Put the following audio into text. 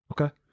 Okay